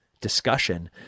discussion